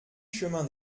chemin